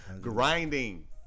Grinding